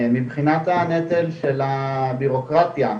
מבחינת הנטל של הבירוקרטיה,